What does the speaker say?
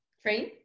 Train